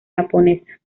japonesa